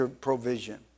provision